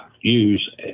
use